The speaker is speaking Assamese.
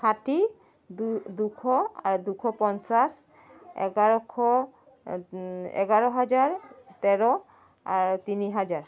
ষাঠি দুশ আৰু দুশ পঞ্চাছ এঘাৰশ এঘাৰ হাজাৰ তেৰ আৰু তিনি হাজাৰ